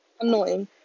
annoying